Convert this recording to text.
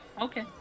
Okay